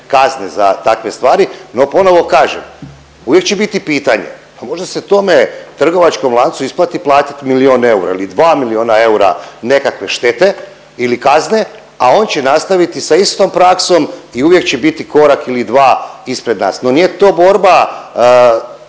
kazne za takve stvari, no ponovo kažem, uvijek će biti pitanje, a možda se tome trgovačkom lancu isplati platiti milijun eura ili 2 milijuna eura nekakve štete ili kazne, a on će nastaviti sa istom praksom i uvijek će biti korak ili dva ispred nas. No nije to borba